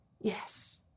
Yes